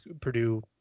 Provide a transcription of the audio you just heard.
Purdue